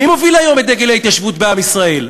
מי מוביל היום את דגל ההתיישבות בעם ישראל?